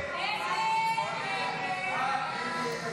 לחלופין א'